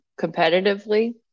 competitively